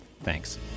Thanks